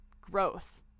growth